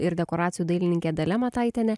ir dekoracijų dailininkė dalia mataitienė